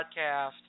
podcast